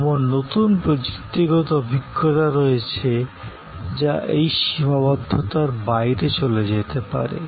এমন নতুন প্রযুক্তিগত অভিজ্ঞতা রয়েছে যা এই সীমাবদ্ধতার বাইরে চলে যেতে পারে